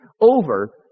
over